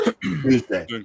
Tuesday